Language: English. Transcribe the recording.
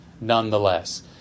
nonetheless